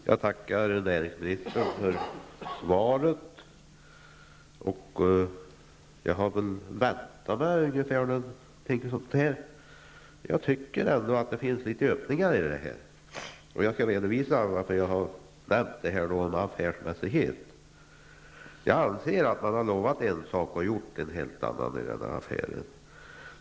Herr talman! Jag tackar näringsministern för svaret. Jag tycker att det finns en del öppningar i det. Jag skall återkomma till det när jag har kommenterat frågan om affärsmässighet. Jag anser att man har lovat en sak och gjort en helt annan i denna affär.